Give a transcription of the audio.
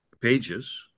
pages